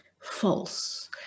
false